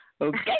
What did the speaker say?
Okay